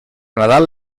nadal